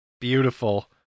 Beautiful